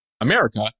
America